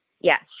Yes